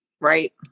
Right